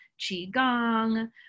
Qigong